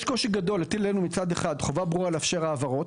יש קושי גדול להטיל עלינו מצד אחד חובה ברורה לאפשר העברות,